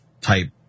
type